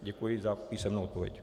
Děkuji za písemnou odpověď.